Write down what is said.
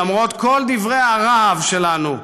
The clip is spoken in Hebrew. למרות כל דברי הרהב שלנו,